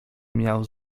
miał